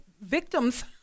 victims